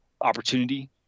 opportunity